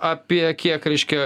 apie kiek reiškia